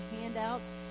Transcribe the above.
handouts